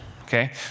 okay